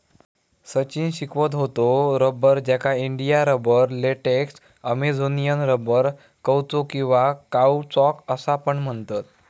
सचिन शिकवीत होतो रबर, ज्याका India rubber, latex, Amazonian rubber, कौचो किंवा काउचॉक असा पण म्हणतत